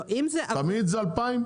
לא, אם זה --- תמיד זה 2,000?